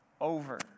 over